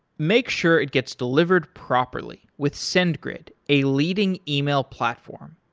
make sure it gets delivered properly with sendgrid a leading email platform.